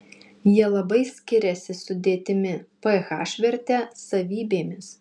jie labai skiriasi sudėtimi ph verte savybėmis